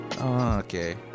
Okay